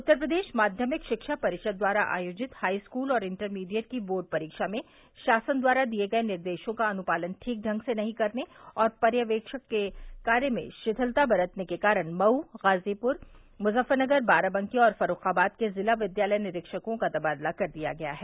उत्तर प्रदेश माध्यमिक शिक्षा परिषद द्वारा आयोजित हाईस्कूल और इंटरमीडिएट की बोर्ड परीक्षा में शासन द्वारा दिए गये निर्देशों का अनुपालन ठीक से नहीं करने और पर्यवेक्षण के कार्य में शिथिलता बरतने के कारण मऊ गाजीपुर मुजफ्फरनगर बाराबंकी और फर्रूखाबाद के जिला विद्यालय निरीक्षको का तबादला कर दिया गया है